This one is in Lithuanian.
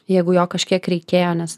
jeigu jo kažkiek reikėjo nes